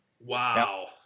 Wow